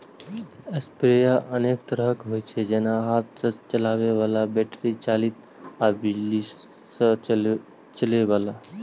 sprayer अनेक तरहक होइ छै, जेना हाथ सं चलबै बला, बैटरी चालित आ बिजली सं चलै बला